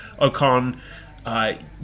Okan